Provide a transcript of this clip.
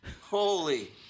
Holy